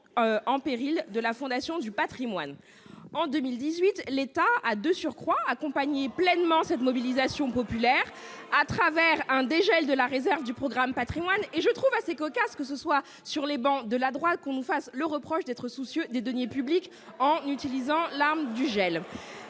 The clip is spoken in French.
de taxes ! Répondez ! De surcroît, en 2018, l'État a accompagné pleinement cette mobilisation populaire à travers un dégel de la réserve du programme « Patrimoine »... Je trouve assez cocasse que ce soit sur les travées de la droite qu'on nous reproche d'être soucieux des deniers publics en utilisant l'arme du gel